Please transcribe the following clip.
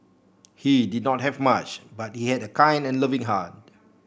he did not have much but he had a kind and loving heart